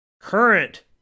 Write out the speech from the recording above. current